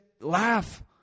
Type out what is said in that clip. laugh